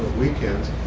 weekends,